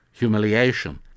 Humiliation